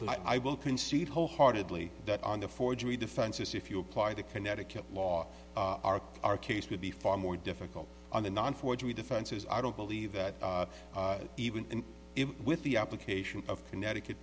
if i will concede wholeheartedly that on the forgery defenses if you apply the connecticut law our our case would be far more difficult on the non forgery defenses i don't believe that even with the application of connecticut